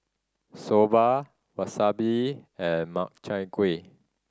Soba Wasabi and Makchai Gui